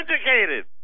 educated